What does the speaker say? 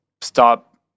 stop